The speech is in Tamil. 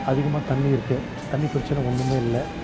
அதிகமாக தண்ணி இருக்கு தண்ணி பிரச்சனை ஒன்றுமே இல்லை